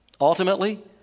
Ultimately